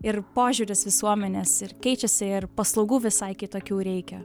ir požiūris visuomenės ir keičiasi ir paslaugų visai kitokių reikia